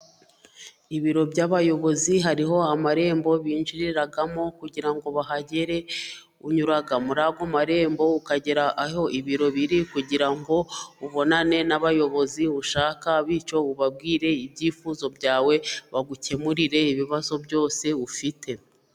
Ibiro by'abayobozi hariho amarembo binjiriraramo kugira ngo uhagere unyura muri ayo marembo ukagera aho ibiro biri, kugira ngo ubonane n'abayobozi ushaka bityo ubabwire ibyifuzo byawe bagukemurire ibibazo byose ufite.